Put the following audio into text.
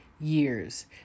years